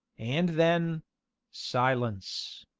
and then silence.